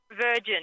Virgin